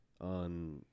on